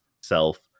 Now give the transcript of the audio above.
self